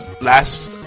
last